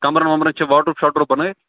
کمرن ومرن چھِ واڈروب شاڈروب بَنٲوِتھ